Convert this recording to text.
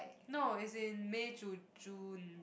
no is in May June June